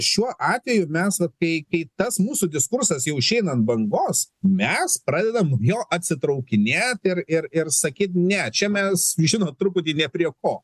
šiuo atveju mes vat kai kai tas mūsų diskursas jau išeina ant bangos mes pradedam jo atsitraukinėt ir ir ir sakyti ne čia mes žinot truputį ne prie ko